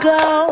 go